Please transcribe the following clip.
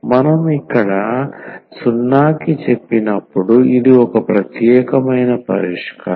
మనం ఇక్కడ 0 కి చెప్పినప్పుడు ఇది ఒక ప్రత్యేకమైన పరిష్కారం